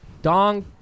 Dong